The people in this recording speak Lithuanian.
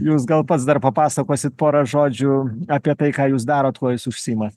jūs gal pats dar papasakosit pora žodžių apie tai ką jūs darot kuo jūs užsiimat